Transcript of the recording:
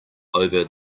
over